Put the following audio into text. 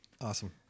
Awesome